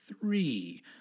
three